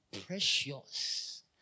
precious